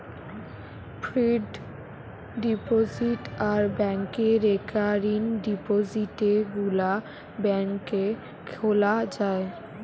fixed deposit আর ব্যাংকে recurring ডিপোজিটে গুলা ব্যাংকে খোলা যায়